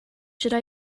should